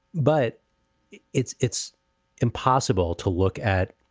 but it's it's impossible to look at.